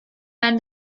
and